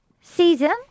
season